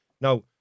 Now